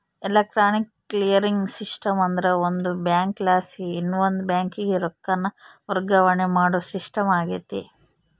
electronic clearing system ಅಂದ್ರ ಒಂದು ಬ್ಯಾಂಕಲಾಸಿ ಇನವಂದ್ ಬ್ಯಾಂಕಿಗೆ ರೊಕ್ಕಾನ ವರ್ಗಾವಣೆ ಮಾಡೋ ಸಿಸ್ಟಮ್ ಆಗೆತೆ